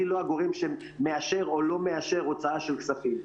אני לא הגורם שמאשר או לא מאשר הוצאה של כספים.